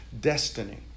destiny